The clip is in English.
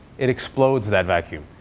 it explodes that vacuum.